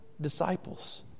disciples